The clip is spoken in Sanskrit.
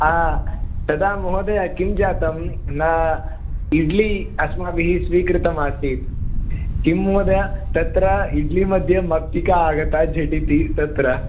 तदा महोदय किं जातं ना इड्ली अस्माभिः स्वीकृतमासीत् किं महोदय तत्र इड्लि मध्ये मक्षिका आगता झटिति तत्र